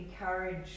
encourage